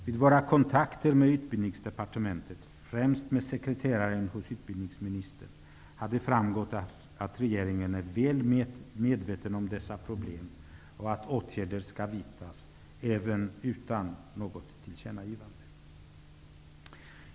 Vid våra kontakter med Utbildningsdepartementet, främst med sekreteraren hos utbildningsministern, har det framgått att regeringen är väl medveten om dessa problem och att åtgärder skall vidtas även utan något tillkännagivande.